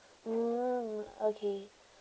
mm okay